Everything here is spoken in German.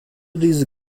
diese